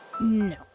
No